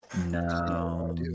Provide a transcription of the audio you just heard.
No